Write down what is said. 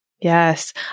Yes